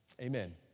Amen